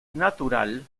natural